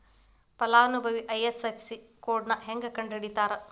ಫಲಾನುಭವಿ ಐ.ಎಫ್.ಎಸ್.ಸಿ ಕೋಡ್ನಾ ಹೆಂಗ ಕಂಡಹಿಡಿತಾರಾ